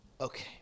Okay